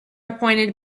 appointed